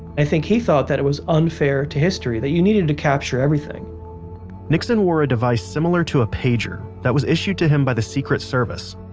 i think he thought that it was unfair to history, that you needed to capture everything nixon wore a device similar to a pager, that was issued to him by the secret service.